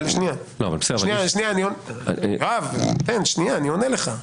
אבל --- יואב, שנייה, אני עונה לך.